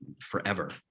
forever